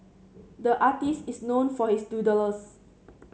the artist is known for his doodles